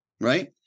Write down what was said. right